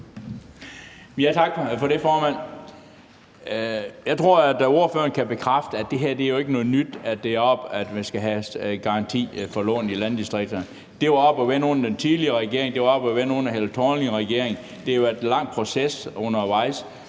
Jeg tror da, at ordføreren kan bekræfte, at det jo ikke er noget nyt, at det er oppe, at man skal have garanti for lån i landdistrikterne. Det var oppe at vende under den tidligere regering, det var oppe at vende under Helle Thorning-Schmidt-regeringen, og der har undervejs